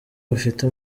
bafite